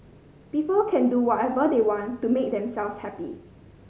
people can do whatever they want to make themselves happy